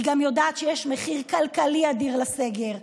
היא גם יודעת שיש מחיר כלכלי אדיר לסגר,